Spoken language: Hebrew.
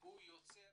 יוצר